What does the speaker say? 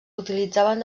utilitzaven